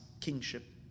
kingship